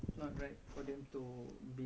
mm